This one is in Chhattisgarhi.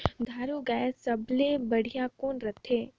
दुधारू गाय सबले बढ़िया कौन रथे?